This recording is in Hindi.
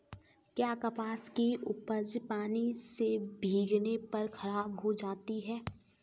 क्या कपास की उपज पानी से भीगने पर खराब हो सकती है?